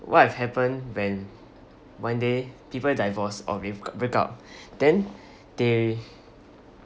what if happen when one day people divorce or if got break up then they